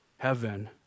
heaven